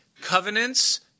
covenants